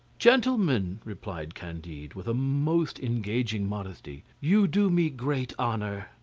gentlemen, replied candide, with a most engaging modesty, you do me great honour,